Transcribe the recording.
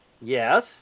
Yes